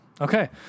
Okay